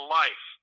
life